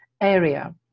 area